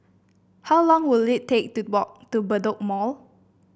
how long will it take to walk to Bedok Mall